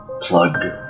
plug